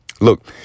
Look